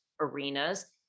arenas